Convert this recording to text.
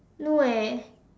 no eh